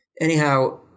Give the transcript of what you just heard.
anyhow